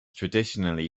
traditionally